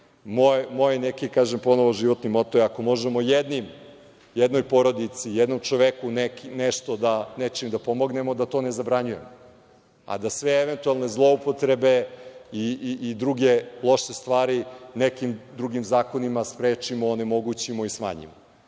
Moj neki pomalo životni moto je – ako možemo jednoj porodici, jednom čoveku nečim da pomognemo, da to ne zabranjujemo, a da sve eventualne zloupotrebe i druge loše stvari nekim drugim zakonima sprečimo, onemogućimo i smanjimo. Mislim